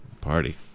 Party